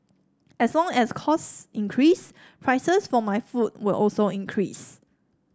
as long as cost increase prices for my food will also increase